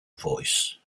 voice